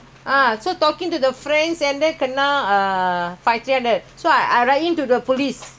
like that like that he was with the friends all he say no you have to pay the fine !aiya! he paid the fines